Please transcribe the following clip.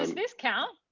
um this count?